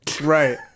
Right